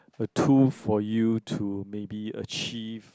a tool for you to maybe achieve